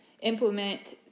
implement